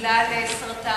בגלל סרטן,